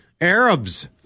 Arabs